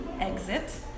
exit